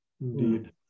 Indeed